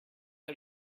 are